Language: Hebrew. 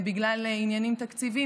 בגלל עניינים תקציביים,